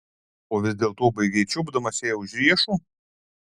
o vis dėlto baigei čiupdamas jai už riešų